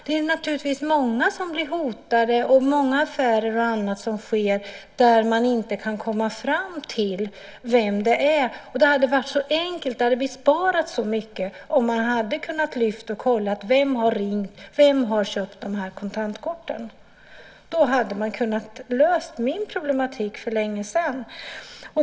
Det är naturligtvis många som blir hotade och många affärer och annat som sker där man inte kan komma fram till vem det är. Det hade varit så enkelt och besparat mig så mycket om man hade kunnat lyfta luren och kolla vem som har ringt och vem som har köpt kontantkorten. Då hade man kunnat lösa min problematik för länge sedan.